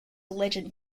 legend